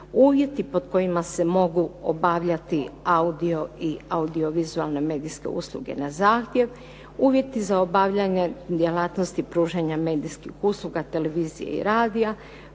uvjeti pod kojima se mogu obavljati audio i audiovizualne medijske usluge za zahtjev, uvjeti za obavljanje djelatnosti pružanja medijskih usluga, televizije i radija,